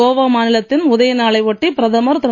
கோவா மாநிலத்தின் உதய நாளை ஒட்டி பிரதமர் திரு